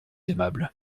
aimable